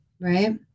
right